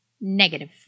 Negative